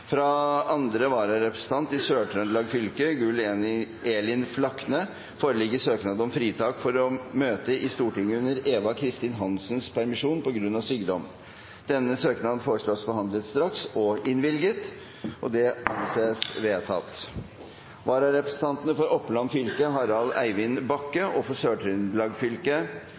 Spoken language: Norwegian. Fra andre vararepresentant for Sør-Trøndelag fylke, Gunn Elin Flakne, foreligger søknad om fritak for å møte i Stortinget under Eva Kristin Hansens permisjon, på grunn av sykdom. Etter forslag fra presidenten ble enstemmig besluttet: Søknaden foreslås behandlet straks og innvilget. Vararepresentantene for Oppland fylke, Harald Eivind Bakke, og for Sør-Trøndelag fylke,